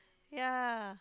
ya